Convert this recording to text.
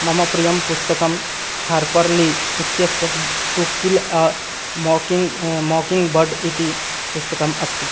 मम प्रियं पुस्तकं हार्पर्ली इत्यस्य to kill mocking mockingbird इति पुस्तकम् अस्ति